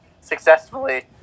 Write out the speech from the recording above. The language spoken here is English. successfully